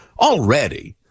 already